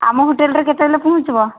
ଆମ ହୋଟେଲ୍ରେ କେତେବେଳେ ପହଞ୍ଚିବ